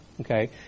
okay